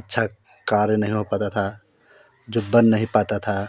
अच्छा कार्य नहीं हो पाता था जो बन नहीं पाता था